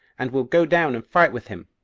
and will go down and fight with him,